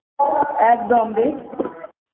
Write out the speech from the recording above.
একদম রে